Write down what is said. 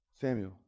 Samuel